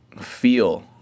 feel